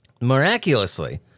Miraculously